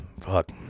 Fuck